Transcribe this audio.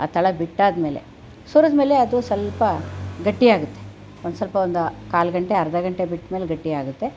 ಅದು ತಳ ಬಿಟ್ಟಾದಮೇಲೆ ಸುರಿದ ಮೇಲೆ ಅದು ಸ್ವಲ್ಪ ಗಟ್ಟಿಯಾಗುತ್ತೆ ಒಂದು ಸ್ವಲ್ಪ ಒಂದು ಕಾಲು ಗಂಟೆ ಅರ್ಧ ಗಂಟೆ ಬಿಟ್ಟ ಮೇಲೆ ಗಟ್ಟಿಯಾಗುತ್ತೆ